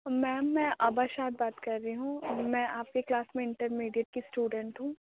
میم میں عبا شاد بات کر رہی ہوں میں آپ کی کلاس میں انٹر میڈیٹ کی اسٹوڈینٹ ہوں